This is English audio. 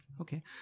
Okay